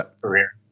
career